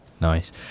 nice